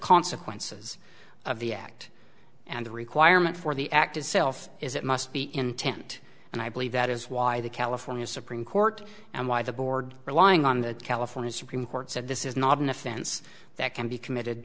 consequences of the act and the requirement for the act itself is it must be intent and i believe that is why the california supreme court and why the board relying on the california supreme court said this is not an offense that can be committed